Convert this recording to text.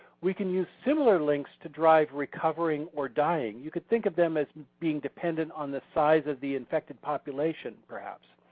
we can use similar links to drive recovering or dying, you can think of them as being dependent on the size of the infected population perhaps.